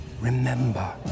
Remember